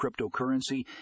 cryptocurrency